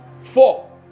four